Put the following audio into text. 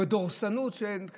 בדורסנות שאין כמוה.